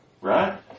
Right